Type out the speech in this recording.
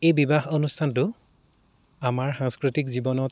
এই বিবাহ অনুষ্ঠানটো আমাৰ সাংস্কৃতিক জীৱনত